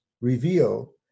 reveal